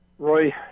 Roy